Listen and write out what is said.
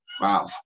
Wow